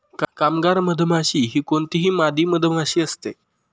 कामगार मधमाशी ही कोणतीही मादी मधमाशी असते